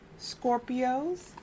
Scorpios